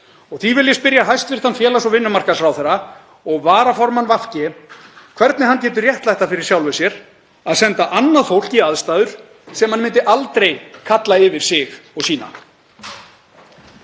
Því vil ég spyrja hæstv. félags- og vinnumarkaðsráðherra og varaformann VG hvernig hann getur réttlætt það fyrir sjálfum sér að senda annað fólk í aðstæður sem hann myndi aldrei kalla yfir sig og sína?